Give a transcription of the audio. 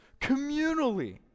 communally